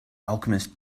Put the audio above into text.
alchemist